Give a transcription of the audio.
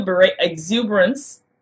exuberance